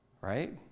Right